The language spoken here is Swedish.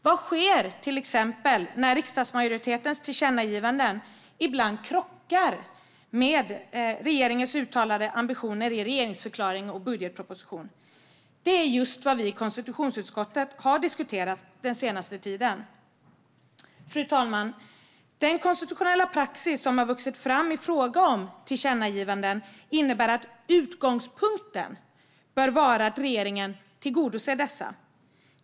Vad sker till exempel när riksdagsmajoritetens tillkännagivanden ibland krockar med regeringens uttalade ambitioner i regeringsförklaring och budgetproposition? Just detta har vi i konstitutionsutskottet diskuterat under den senaste tiden. Fru talman! Den konstitutionella praxis som har vuxit fram i fråga om tillkännagivanden innebär att utgångspunkten bör vara att regeringen tillgodoser dessa.